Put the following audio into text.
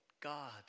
God